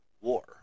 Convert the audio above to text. war